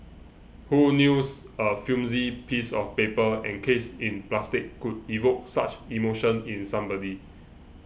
who knews a flimsy piece of paper encased in plastic could evoke such emotion in somebody